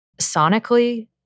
sonically